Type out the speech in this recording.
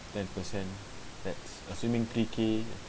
ten percent that's assuming three K